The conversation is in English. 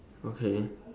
okay